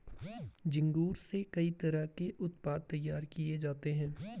झींगुर से कई तरह के उत्पाद तैयार किये जाते है